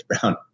Brown